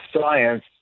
science